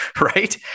Right